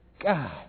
God